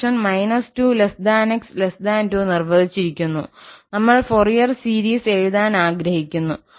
function −2 𝑥 2 നിർവ്വചിച്ചിരിക്കുന്നു നമ്മൾ Fourier series എഴുതാൻ ആഗ്രഹിക്കുന്നു